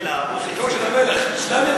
של המלך אסלאמי?